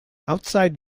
outside